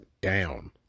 down